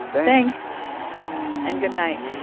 thanks and good night